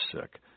sick